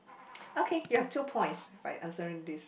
okay you have two points by answering this